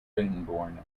cranbourne